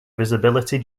visibility